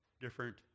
different